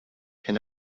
can